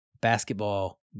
basketball